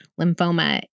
lymphoma